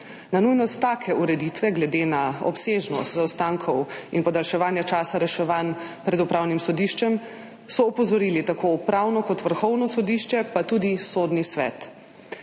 Na nujnost take ureditve glede na obsežnost zaostankov in podaljševanja časa reševanj pred upravnim sodiščem so opozorili tako Upravno kot Vrhovno sodišče pa tudi Sodni svet.